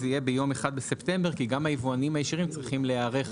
תהיה ב-1 בספטמבר כי גם היבואנים הישירים צריכים להיערך.